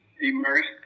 immersed